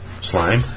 Slime